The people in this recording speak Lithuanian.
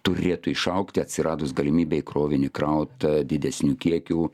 turėtų išaugti atsiradus galimybei krovinį kraut didesniu kiekiu